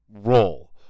roll